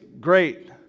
great